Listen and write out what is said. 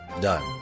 done